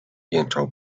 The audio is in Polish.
jęczał